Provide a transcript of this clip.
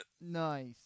Nice